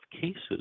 cases